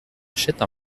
achète